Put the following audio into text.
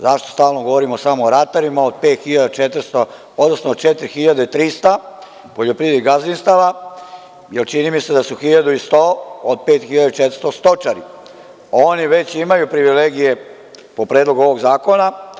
Zašto stalno govorimo samo o ratarima od 5.400, odnosno 4.300 poljoprivrednih gazdinstava, jer čini mi se da su 1.100 od 5.400 stočari, a oni već imaju privilegije po Predlogu ovog zakona?